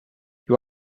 you